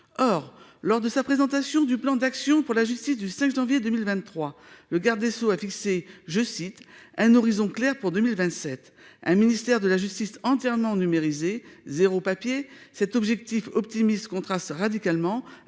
Or, lors de sa présentation du plan d'action pour la justice le 5 janvier 2023, le garde des sceaux a fixé « un horizon clair pour 2027 : un ministère de la justice entièrement numérisé », avec un « objectif zéro papier ». Ce but optimiste contraste radicalement